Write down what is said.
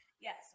Yes